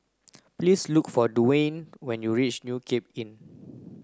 please look for Duwayne when you reach New Cape Inn